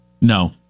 No